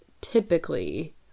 typically